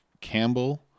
Campbell